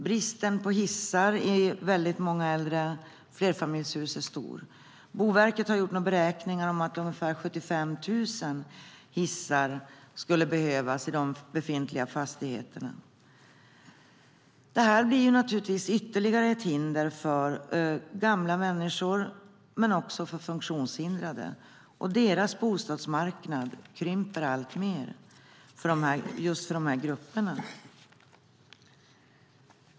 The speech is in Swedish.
Bristen på hissar är stor i många äldre flerfamiljshus. Enligt Boverkets beräkningar skulle det behövas ungefär 75 000 hissar i de befintliga fastigheterna. Det blir naturligtvis ytterligare ett hinder för gamla människor och för funktionshindrade, och deras bostadsmarknad krymper.